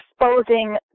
exposing